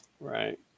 Right